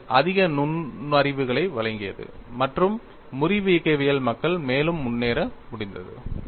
இது அதிக நுண்ணறிவுகளை வழங்கியது மற்றும் முறிவு இயக்கவியலில் மக்கள் மேலும் முன்னேற முடிந்தது